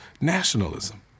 nationalism